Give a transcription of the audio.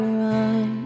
run